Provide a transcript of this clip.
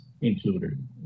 included